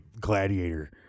Gladiator